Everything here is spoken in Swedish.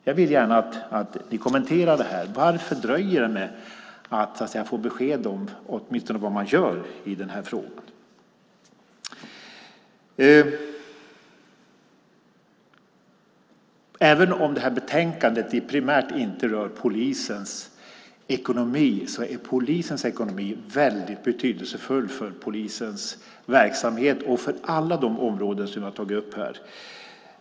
Jag vill gärna att ni kommenterar detta. Varför dröjer det med besked åtminstone om vad man gör i denna fråga? Även om detta betänkande primärt inte rör polisens ekonomi är den väldigt betydelsefull för polisens verksamhet och för alla de områden som jag har tagit upp här.